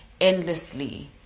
endlessly